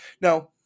Now